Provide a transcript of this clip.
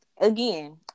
again